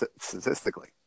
statistically